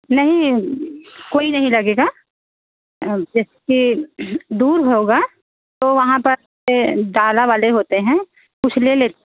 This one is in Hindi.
नहीं कोई नहीं लगेगा हँ जबकि दूर होगा तो वहाँ पर ए डाला वाले होते हैं कुछ ले ले